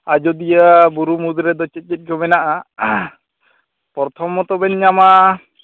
ᱟᱡᱚᱫᱤᱭᱟᱹ ᱵᱩᱨᱩ ᱢᱩᱫᱽ ᱨᱮᱫᱚ ᱪᱮᱫ ᱪᱮᱫ ᱠᱚ ᱢᱮᱱᱟᱜᱼᱟ ᱯᱚᱨᱛᱷᱚᱢᱚᱛᱚ ᱵᱮᱱ ᱧᱟᱢᱟ